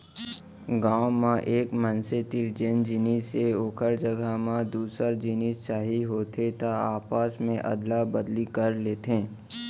गाँव म एक मनसे तीर जेन जिनिस हे ओखर जघा म दूसर जिनिस चाही होथे त आपस मे अदला बदली कर लेथे